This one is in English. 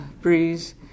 breeze